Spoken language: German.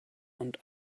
und